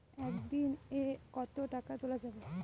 একদিন এ কতো টাকা তুলা যাবে?